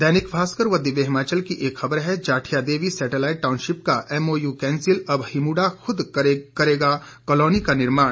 दैनिक भास्कर व दिव्य हिमाचल की एक खबर है जाठिया देवी सैटेलाइट टाउनशिप का एमओयू कैंसिल अब हिमुडा खुद करेगा कालोनी का निर्माण